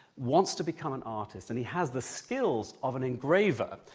wants to become an artist, and he has the skills of an engraver.